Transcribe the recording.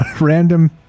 random